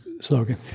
slogan